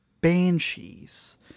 banshees